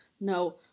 no